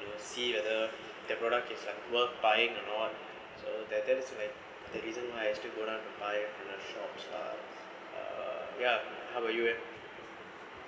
you will see whether the product is like worth buying or not so that that is where the reason why I still go down to buy in the shops lah ya how about you and